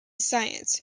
science